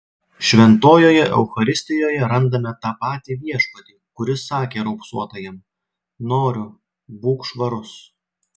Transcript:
šventojoje eucharistijoje randame tą patį viešpatį kuris sakė raupsuotajam noriu būk švarus